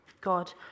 God